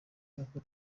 nkuko